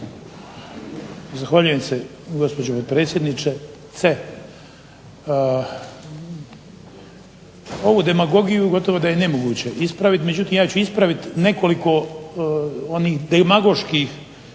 Zahvaljujem se gospođo predsjednice. Ovu demagogiju gotovo da je nemoguće ispraviti. Međutim, ja ću ispraviti nekoliko onih demagoških